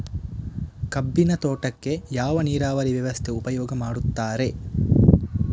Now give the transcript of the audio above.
ಕಬ್ಬಿನ ತೋಟಕ್ಕೆ ಯಾವ ನೀರಾವರಿ ವ್ಯವಸ್ಥೆ ಉಪಯೋಗ ಮಾಡುತ್ತಾರೆ?